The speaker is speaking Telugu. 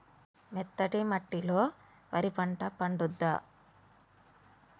మెత్తటి మట్టిలో వరి పంట పండుద్దా?